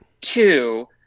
Two